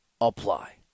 apply